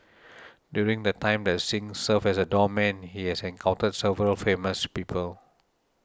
during the time that Singh served as a doorman he has encountered several famous people